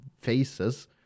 faces